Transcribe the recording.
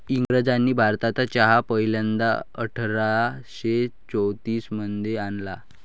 इंग्रजांनी भारतात चहा पहिल्यांदा अठरा शे चौतीस मध्ये आणला